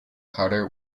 carter